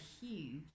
huge